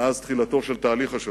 מאז תחילתו של תהליך השלום,